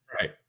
Right